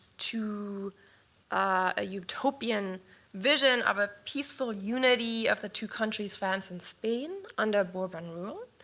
to a utopian vision of a peaceful unity of the two countries, france and spain, under bourbon rule.